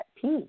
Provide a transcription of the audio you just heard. peace